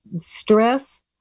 stress